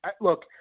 Look